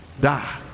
die